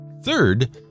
Third